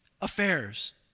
affairs